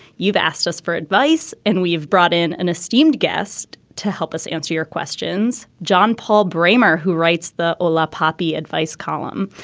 you've asked us for advice and we've brought in an esteemed guest to help us answer your questions. john paul bremer, who writes the olap happy advice column.